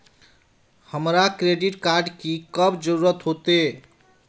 हमरा credit card की कब जरूरत होते?